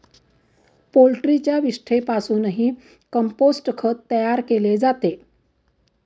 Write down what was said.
पोल्ट्रीच्या विष्ठेपासूनही कंपोस्ट खत तयार केले जाते